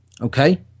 Okay